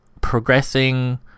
progressing